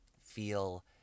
feel